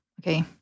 Okay